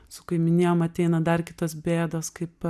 su kaimynijom ateina dar kitos bėdos kaip